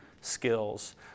skills